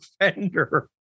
offender